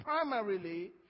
primarily